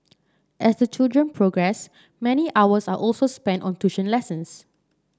as the children progress many hours are also spent on tuition lessons